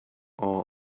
all